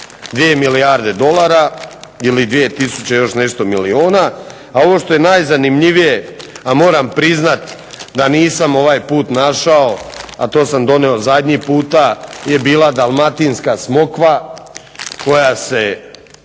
2 milijarde dolara ili 2 tisuće i još nešto milijuna ovo što je najzanimljivije a moram priznati da nisam ovaj put našao, a to sam donio zadnji puta je bila Dalmatinska smokva koju